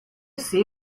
see